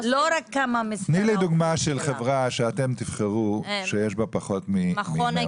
תני דוגמה של חברה שתבחרו שיש בה פחות מ-100 עובדים.